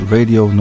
Radio